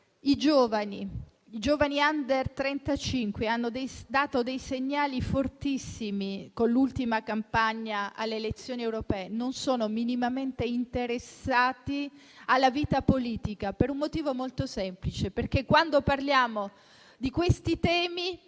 i giovani *under* 35 hanno dato dei segnali fortissimi nell'ultima campagna per le elezioni europee, non sono minimamente interessati alla vita politica per un motivo molto semplice, perché quando parliamo di questi temi